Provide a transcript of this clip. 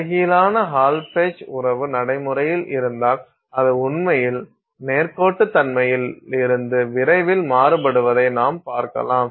தலைகீழான Hall Petch உறவு நடைமுறையில் இருந்தால் அது உண்மையில் நேர்கோட்டுத்தன்மையிலிருந்து விரைவில் மாறுபடுவதை நாம் பார்க்கலாம்